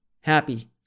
happy